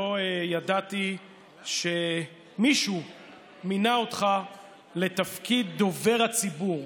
לא ידעתי שמישהו מינה אותך לתפקיד דובר הציבור.